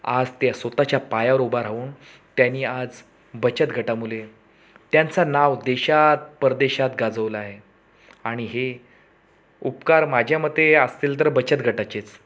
आज त्या स्वतःच्या पायावर उभं राहून त्यांनी आज बचत गटामुळे त्यांचा नाव देशात परदेशात गाजवला आहे आणि हे उपकार माझ्या मते असतील तर बचत गटाचेच